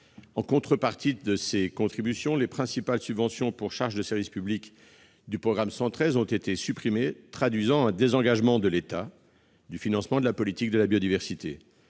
En contrepartie, les principales subventions pour charges de service public du programme 113 ont été supprimées, traduisant un désengagement de l'État du financement de la politique de la biodiversité.